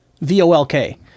V-O-L-K